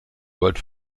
gold